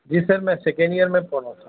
جی sir میں second year میں پڑھا تھا